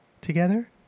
together